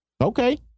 okay